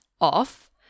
off